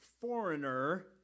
foreigner